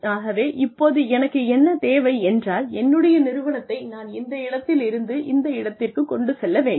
ஆகவே இப்போது எனக்கு என்ன தேவை என்றால் என்னுடைய நிறுவனத்தை நான் இந்த இடத்திலிருந்து இந்த இடத்திற்குக் கொண்டு செல்ல வேண்டும்